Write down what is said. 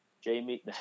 Jamie